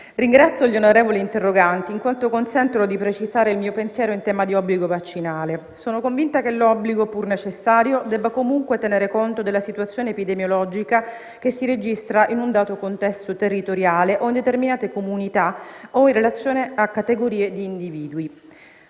ringrazio gli onorevoli interroganti in quanto consentono di precisare il mio pensiero in tema di obbligo vaccinale. Sono convinta che l'obbligo, pur necessario, debba comunque tenere conto della situazione epidemiologica che si registra in un dato contesto territoriale o in determinate comunità o in relazione a categorie di individui.